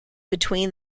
between